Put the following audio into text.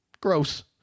Gross